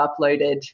uploaded